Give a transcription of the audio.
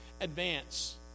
advance